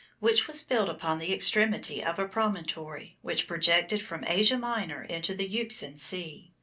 which was built upon the extremity of a promontory which projected from asia minor into the euxine sea.